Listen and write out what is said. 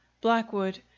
blackwood